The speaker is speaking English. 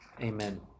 Amen